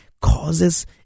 causes